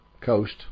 coast